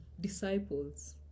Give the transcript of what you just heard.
disciples